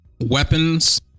weapons